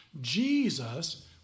Jesus